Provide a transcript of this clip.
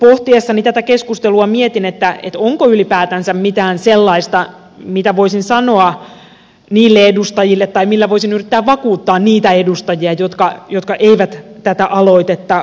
pohtiessani tätä keskustelua mietin onko ylipäätänsä mitään sellaista mitä voisin sanoa niille edustajille tai millä voisin yrittää vakuuttaa niitä edustajia jotka eivät tätä aloitetta kannata